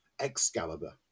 Excalibur